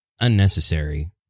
unnecessary